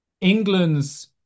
England's